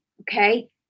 okay